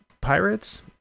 Pirates